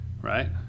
Right